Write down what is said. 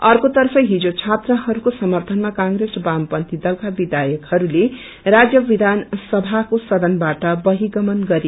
अर्क्रेतर्फ हिजो छात्राहरूको समर्थनमा कांग्रेस र वामपन्थी दलका विषयकहरूले राज्य विधान सभाको सदनबाट बहिगमन गरे